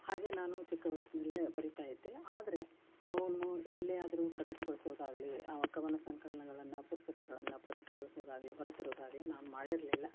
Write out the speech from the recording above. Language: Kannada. ಹಾಗೆ ನಾನು ಚಿಕ್ಕ ವಯಸ್ಸಿನಲ್ಲೇ ಬರಿತಾ ಇದ್ದೆ ಆದರೆ ಅವನ್ನು ಎಲ್ಲೇ ಆದರೂ ಪ್ರಕಟಗೊಳಿಸೋದಾಗಲಿ ಕವನ ಸಂಕಲನಗಳನ್ನ ಪುಸ್ತಕಗಳನ್ನು ಪ್ರಕಟಗೊಳಿಸೋದಾಗಲಿ ಹೊರ ತರುವುದಾಗ್ಲಿ ನಾನು ಮಾಡಿರಲಿಲ್ಲ